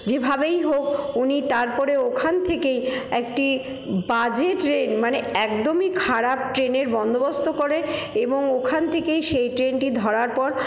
যেভাবেই হোক উনি তারপরে ওখান থেকেই একটি বাজে ট্রেন মানে একদমই খারাপ ট্রেনের বন্দোবস্ত করেন এবং ওখান থেকেই সেই ট্রেনটি ধরার পর